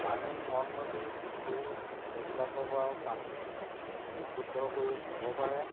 পানী নদ নদী পুখুৰী এইবিলাকৰ পৰাও পানী বিশুদ্ধ কৰি খাব পাৰে